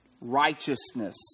righteousness